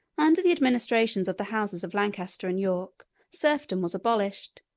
under the administrations of the houses of lancaster and york serfdom was abolished,